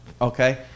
okay